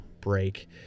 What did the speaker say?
break